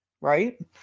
right